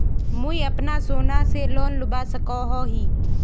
मुई अपना सोना से लोन लुबा सकोहो ही?